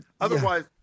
Otherwise